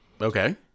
Okay